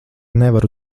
nevaru